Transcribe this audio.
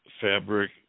fabric